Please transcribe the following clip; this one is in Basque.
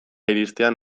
iristean